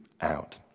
out